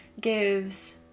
gives